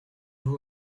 vous